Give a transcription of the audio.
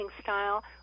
style